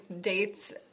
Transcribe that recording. dates